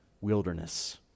Wilderness